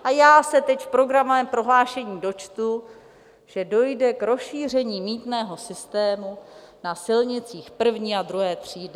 A já se teď v programovém prohlášení dočtu, že dojde k rozšíření mýtného systému na silnicích první a druhé třídy.